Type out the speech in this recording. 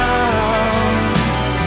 out